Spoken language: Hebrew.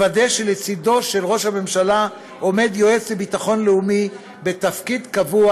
לוודא שלצדו של ראש הממשלה עומד יועץ לביטחון לאומי בתפקיד קבוע,